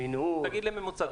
תגיד לי ממוצע.